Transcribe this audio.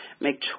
make